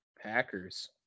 Packers